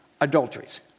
adulteries